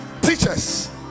teachers